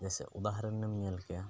ᱡᱮ ᱥᱮ ᱩᱫᱟᱦᱚᱨᱚᱱᱮᱢ ᱧᱮᱞ ᱠᱮᱭᱟ